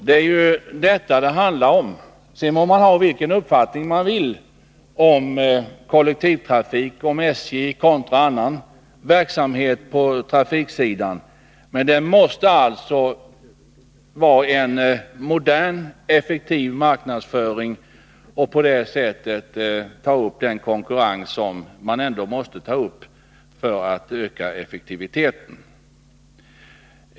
Det är detta det handlar om — sedan må man ha vilken uppfattning man vill om kollektivtrafik och om SJ:s verksamhet kontra annan trafikverksamhet. Det måste till en modern effektiv marknadsföring för att ta upp den konkurrens som man måste ta upp för att öka effektiviteten.